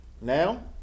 Now